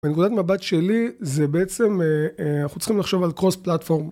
מנקודת מבט שלי זה בעצם אנחנו צריכים לחשוב על cross-platform.